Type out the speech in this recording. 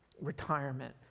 retirement